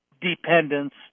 dependence